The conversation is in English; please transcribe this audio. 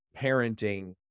parenting